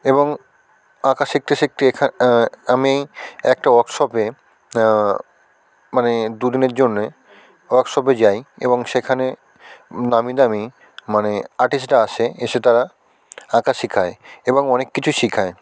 এবং আঁকা শিখতে শিখতে এখা আমি একটা ওয়ার্কশপে মানে দুদিনের জন্যে ওয়ার্কশপে মানে দু দিনের জন্যে ওয়ার্কশপে যাই এবং সেখানে নামি দামি মানে আর্টিস্টরা আসে এসে তারা আঁকা শিখায় এবং অনেক কিছু শিখায়